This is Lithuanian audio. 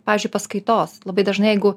pavyzdžiui paskaitos labai dažnai jeigu